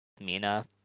Mina